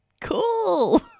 cool